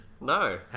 No